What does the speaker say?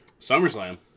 SummerSlam